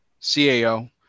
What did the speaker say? CAO